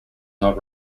not